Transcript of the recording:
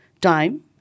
time